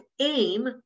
AIM